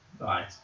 Right